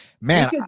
man